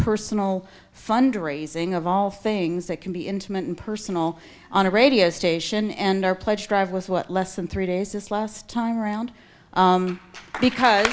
personal fundraising of all things that can be intimate and personal on a radio station and our pledge drive was what less than three days this last time around because